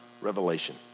Revelation